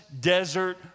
desert